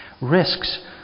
risks